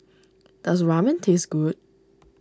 does Ramen taste good